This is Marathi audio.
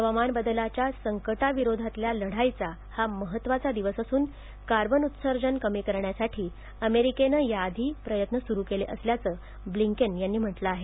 हवामान बदलाच्या संकटाविरोधातल्या लढाईचा हा महत्त्वाचा दिवस असून कार्बन उत्सर्जन कमी करण्यासाठी अमेरीकेने या आधीच प्रयत्न सुरू केले असल्याचं ब्लिंकेन यांनी म्हटलं आहे